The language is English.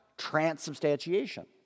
Transubstantiation